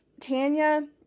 Tanya